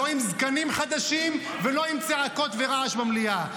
לא עם זקנים חדשים ולא עם צעקות ורעש במליאה.